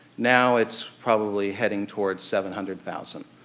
now it's probably heading towards seven hundred thousand.